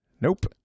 Nope